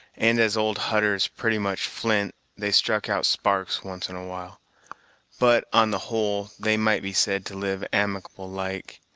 and, as old hutter is pretty much flint, they struck out sparks once-and-a-while but, on the whole, they might be said to live amicable like.